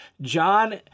John